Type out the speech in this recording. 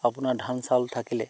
আপোনাৰ ধান চাউল থাকিলে